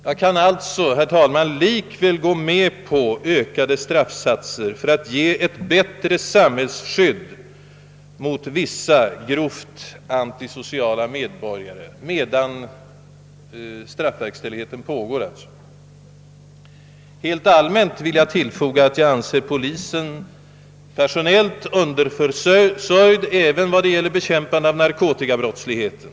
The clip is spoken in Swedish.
Jag kan emellertid, herr talman, likväl sålunda gå med på de ökade straffsatserna för att ge ett bättre samhällsskydd mot vissa grovt asociala medborgare under den tid straffverkställigheten pågår. Helt allmänt vill jag tillfoga att jag anser polisen personellt underförsörjd även när det gäller bekämpandet av narkotikabrottsligheten.